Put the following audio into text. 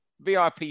VIP